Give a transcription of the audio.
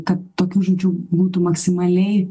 kad tokių žūčių būtų maksimaliai